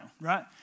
right